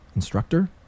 instructor